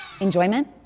enjoyment